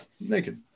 Naked